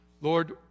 Lord